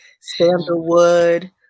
sandalwood